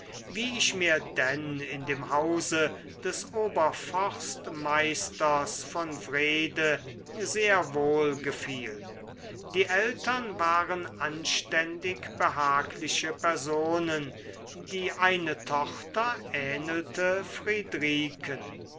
wie ich mir denn in dem hause des oberforstmeisters von wrede sehr wohlgefiel die eltern waren anständig behagliche personen die eine tochter ähnelte